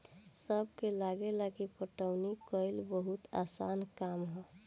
सबके लागेला की पटवनी कइल बहुते आसान काम ह